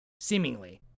Seemingly